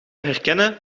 herkennen